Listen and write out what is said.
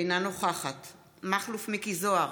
אינה נוכחת מכלוף מיקי זוהר,